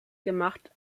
gemacht